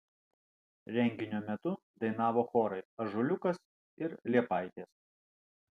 renginio metu dainavo chorai ąžuoliukas ir liepaitės